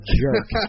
jerk